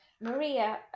maria